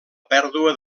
pèrdua